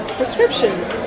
prescriptions